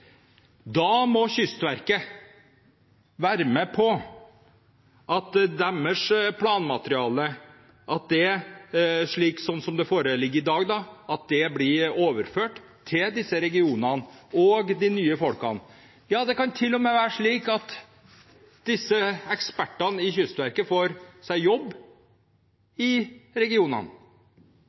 Da må Kystverket være med på at deres planmateriale – slik det foreligger i dag – blir overført til disse regionene og de nye folkene. Ja, det kan til og med være slik at ekspertene i Kystverket får seg jobb i regionene.